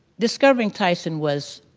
discovering tyson was.